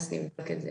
אז נבדוק את זה.